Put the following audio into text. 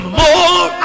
more